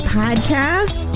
podcast